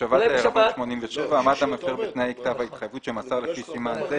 87.השבת העירבון עמד המפר בתנאי כתב ההתחייבות שמסר לפי סימן זה,